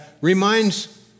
reminds